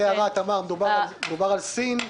מדובר על סין.